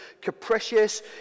capricious